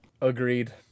Agreed